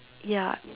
ya